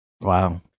Wow